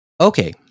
Okay